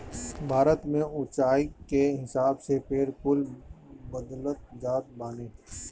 भारत में उच्चाई के हिसाब से पेड़ कुल बदलत जात बाने